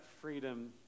freedom